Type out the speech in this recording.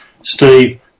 Steve